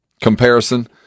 comparison